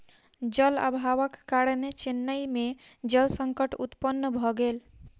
जल अभावक कारणेँ चेन्नई में जल संकट उत्पन्न भ गेल